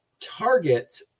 target